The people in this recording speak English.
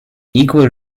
equal